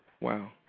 Wow